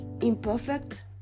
imperfect